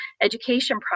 education